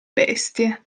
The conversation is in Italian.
bestie